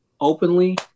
openly